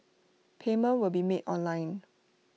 payment will be made online